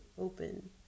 open